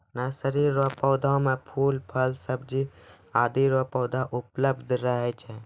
nursery रो पौधा मे फूल, फल, सब्जी आदि रो पौधा उपलब्ध रहै छै